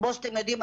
וכמו שאתם יודעים,